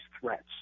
threats